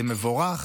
זה מבורך.